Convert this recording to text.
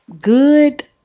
Good